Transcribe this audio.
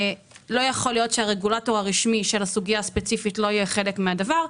לא יכול להיות שהרגולטור הרשמי של הסוגיה הספציפית לא יהיה חלק מהדבר.